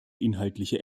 inhaltliche